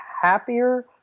happier